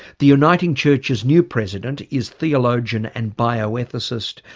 the uniting church's new president is theologian and bioethicist,